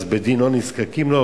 אז בדין לא נזקקים לו,